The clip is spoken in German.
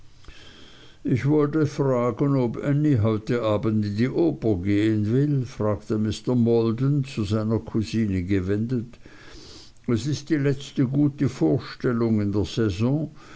ich wollte fragen ob ännie heute abends in die oper gehen will fragte mr maldon zu seiner kusine gewendet es ist die letzte gute vorstellung in der saison